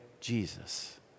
Jesus